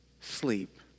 sleep